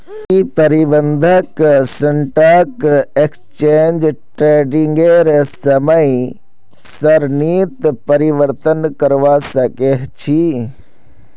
की प्रबंधक stock exchange ट्रेडिंगेर समय सारणीत परिवर्तन करवा सके छी